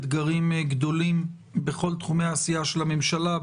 אתגרים גדולים בכל תחומי העשייה של הממשלה,